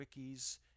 wikis